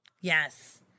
yes